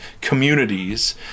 communities